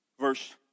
verse